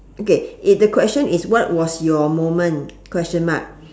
okay i~ the question is what was your moment question mark